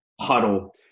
huddle